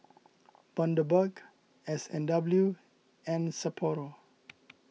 Bundaberg S and W and Sapporo